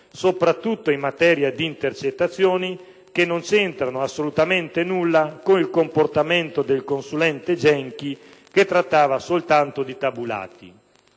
soprattutto in materia di intercettazioni, che non c'entrano assolutamente nulla con il comportamento del consulente Genchi che trattava soltanto di tabulati.